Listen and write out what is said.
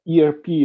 ERP